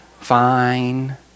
Fine